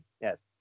Yes